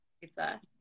pizza